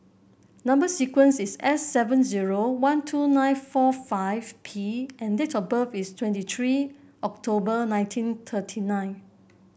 number sequence is S seven zero one two nine four five P and date of birth is twenty three October nineteen thirty nine